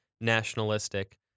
nationalistic